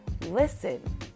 listen